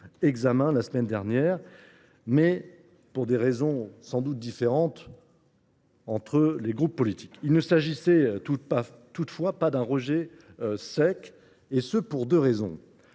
examen, la semaine dernière – pour des raisons sans doute différentes d’un groupe politique à l’autre… Il ne s’agissait toutefois pas d’un rejet sec, et cela pour deux raisons.